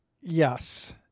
Yes